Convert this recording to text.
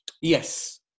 Yes